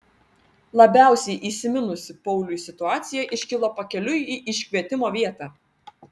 labiausiai įsiminusi pauliui situacija iškilo pakeliui į iškvietimo vietą